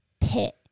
pit